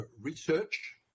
research